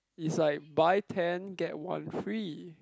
it's like buy ten get one free